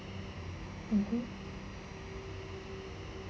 (uh huh)